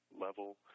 level